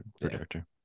projector